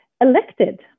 elected